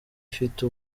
ifite